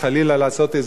לעשות איזה מרד,